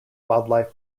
wildlife